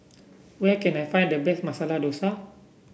where can I find the best Masala Dosa